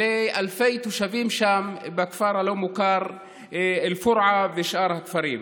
לאלפי התושבים בכפר הלא-מוכר אל-פורעה ושאר הכפרים.